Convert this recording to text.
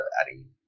adding